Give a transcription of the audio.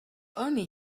only